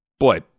Boy